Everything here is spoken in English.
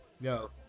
Yo